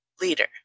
leader